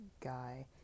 guy